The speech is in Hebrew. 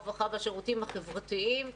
הרווחה והשירותים החברתיים,